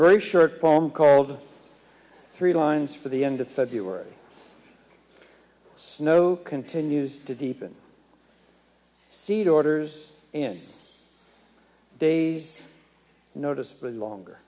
very short poem called three lines for the end of february snow continues to deepen seed orders and days notice for longer